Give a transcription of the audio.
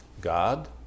God